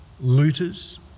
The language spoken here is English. Looters